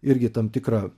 irgi tam tikrą